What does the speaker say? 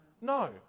No